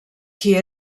qui